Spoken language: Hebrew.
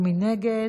מי נגד?